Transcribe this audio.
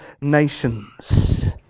nations